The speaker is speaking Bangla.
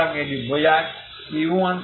সুতরাং এটি বোঝায় u1xt